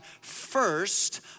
first